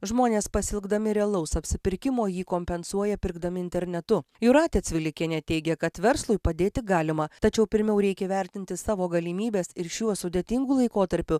žmonės pasiilgdami realaus apsipirkimo jį kompensuoja pirkdami internetu jūratė cvilikienė teigia kad verslui padėti galima tačiau pirmiau reikia įvertinti savo galimybes ir šiuo sudėtingu laikotarpiu